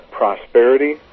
prosperity